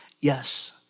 Yes